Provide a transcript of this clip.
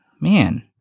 Man